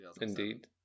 Indeed